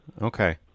Okay